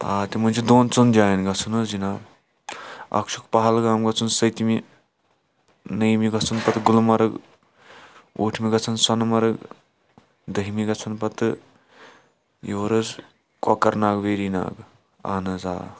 آ تِمَن چھِ دۄن ژۄن جایَن گَژُھن حظ جِناب اَکھ چھُکھ پَہَلگام گَژھُن سٔتمہِ نٔیمہِ گَژھُن پَتہٕ گُلمرٕگ اۭٹھمہِ گَژھُن سۄنہٕ مرٕگ دٔہمہِ گَژھُن پَتہٕ یور حظ کۄکَر ناگ ویرِی ناگ اَہن حظ آ